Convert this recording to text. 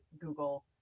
Google